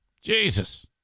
Jesus